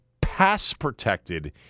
pass-protected